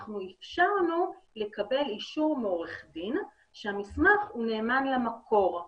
אנחנו אפשרנו לקבל אישור מעורך דין שהמסמך נאמן למקור.